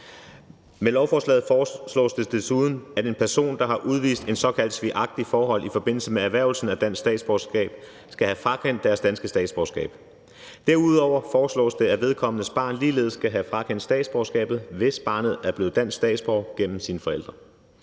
Med lovforslaget foreslås det desuden, at en person, der har udvist et såkaldt svigagtigt forhold i forbindelse med erhvervelsen af dansk statsborgerskab, skal have frakendt sit danske statsborgerskab. Derudover foreslås det, at vedkommendes barn ligeledes skal have frakendt statsborgerskabet, hvis barnet er blevet dansk statsborger gennem sine forældre.